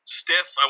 stiff